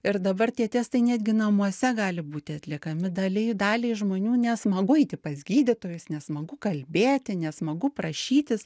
ir dabar tie testai netgi namuose gali būti atliekami daliai daliai žmonių nesmagu eiti pas gydytojus nesmagu kalbėti nesmagu prašytis